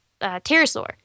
pterosaur